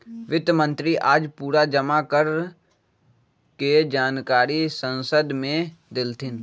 वित्त मंत्री आज पूरा जमा कर के जानकारी संसद मे देलथिन